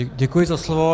Děkuji za slovo.